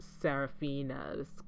Serafina's